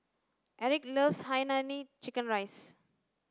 erick loves hainanese chicken rice